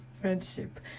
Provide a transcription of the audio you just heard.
friendship